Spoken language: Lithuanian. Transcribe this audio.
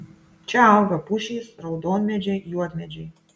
čia auga pušys raudonmedžiai juodmedžiai